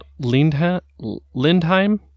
lindheim